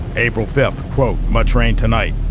april five, quote, much rain tonight.